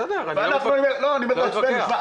בסדר, אני לא מתווכח.